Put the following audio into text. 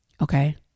okay